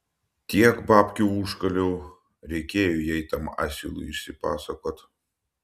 tiek babkių užkaliau reikėjo jai tam asilui išsipasakot